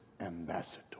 ambassador